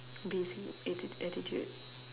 basic atti~ attitude